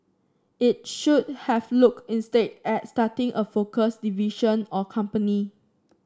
it should have look instead at starting a focused division or company